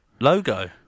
Logo